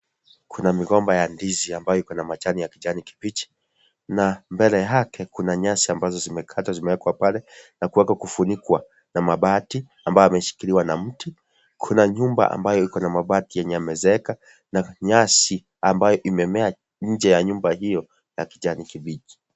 Kuna migomba ya ndizi ambayo iko na majani ya kijani kibichi na mbele yake kuna nyasi ambazo zimekatwa zemewekwa pale na kuweza kufunikwa na mabati ambayo yameshikiliwa na mti. Kuna nyumba ambayo iko na mabati yenye yamezeeka na nyasi ambayo imemea nje ya nyumba hiyo ya kijani kibichi.